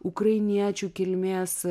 ukrainiečių kilmės